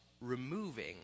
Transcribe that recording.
removing